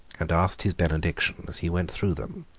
and asked his benediction as he went through them.